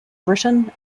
britain